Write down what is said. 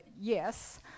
yes